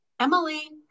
Emily